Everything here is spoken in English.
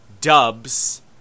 dubs